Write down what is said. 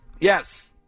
Yes